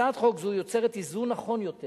הצעת חוק זו יוצרת איזון נכון יותר